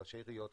ראשי עיריות,